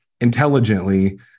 intelligently